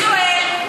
הוא גם שואל,